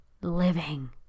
living